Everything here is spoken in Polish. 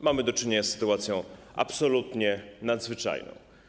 Mamy do czynienia z sytuacją absolutnie nadzwyczajną.